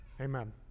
Amen